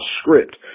script